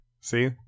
See